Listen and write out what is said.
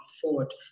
afford